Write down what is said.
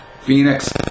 Phoenix